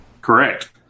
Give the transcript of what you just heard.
Correct